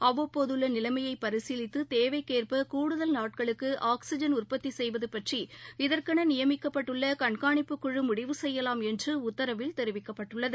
அவ்வப்போதுள்ளநிலைமையைபரிசீவித்து தேவைக்கேற்பகூடுதல் நாட்களுக்கு ஆக்ஸிஐன் உற்பத்திசெய்வதுபற்றி இதற்கெனநியமிக்கப்பட்டுள்ளகண்காணிப்புக் முடிவ செய்யலாம் என்றுஉத்தரவில் தெரிவிக்கப்பட்டுள்ளது